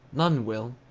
none will.